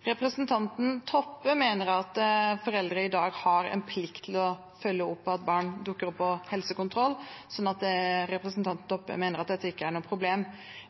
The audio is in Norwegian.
Representanten Toppe mener at foreldre i dag har en plikt til å følge opp at barn dukker opp på helsekontroll, så representanten Toppe mener at dette ikke er noe problem.